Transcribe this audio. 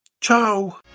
Ciao